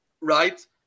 right